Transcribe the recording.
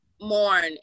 mourn